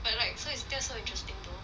but like so is that's so interesting though